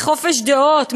מחופש דעות,